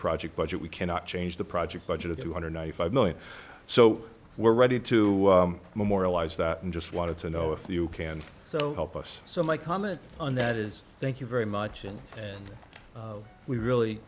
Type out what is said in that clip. project budget we cannot change the project budget of two hundred ninety five million so we're ready to memorialize that and just wanted to know if you can so help us so my comment on that is thank you very much and we really